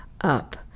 up